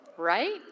right